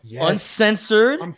uncensored